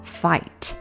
fight